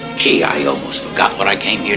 gee. i almost forgot what i came